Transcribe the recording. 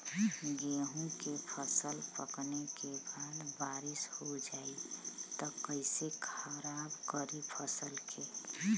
गेहूँ के फसल पकने के बाद बारिश हो जाई त कइसे खराब करी फसल के?